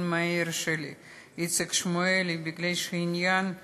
המהיר של איציק שמולי מפני שהעניין הוא